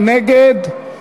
מי נגד?